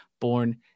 born